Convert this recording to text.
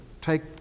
take